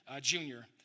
junior